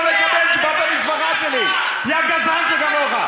אתה לא מקבל בת משפחה שלי כי היא מרוקאית.